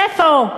איפה?